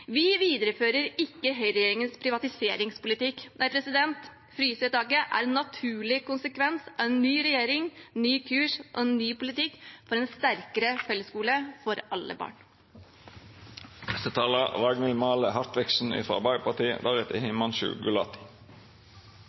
Vi viderefører ikke høyreregjeringens privatiseringspolitikk. Nei, frysvedtaket er en naturlig konsekvens av en ny regjering, en ny kurs og en ny politikk – for en sterkere fellesskole for alle barn.